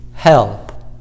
Help